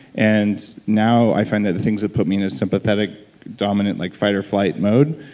and now i find that the things that put me in a sympathetic dominant, like fight or flight mode,